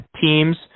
teams